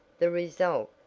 the result,